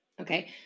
Okay